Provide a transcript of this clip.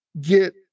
get